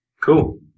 Cool